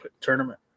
tournament